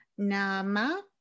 Nama